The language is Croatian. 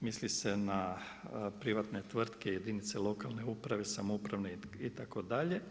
Misli se na privatne tvrtke i jedinice lokalne uprave i samouprave itd.